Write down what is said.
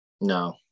No